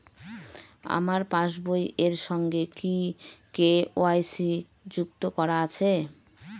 আমার পাসবই এর সঙ্গে কি কে.ওয়াই.সি যুক্ত করা আছে?